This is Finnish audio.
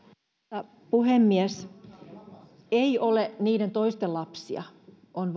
arvoisa puhemies ei ole niiden toisten lapsia on